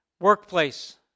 workplace